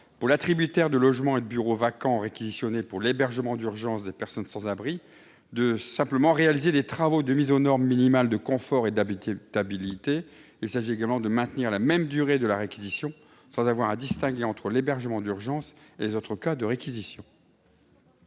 pour l'attributaire de logements et de bureaux vacants réquisitionnés pour l'hébergement d'urgence des personnes sans abri, de réaliser des travaux de mise aux normes minimales de confort et d'habitabilité. Il s'agit également de maintenir la même durée de la réquisition, sans avoir à distinguer entre l'hébergement d'urgence et les autres cas de réquisition.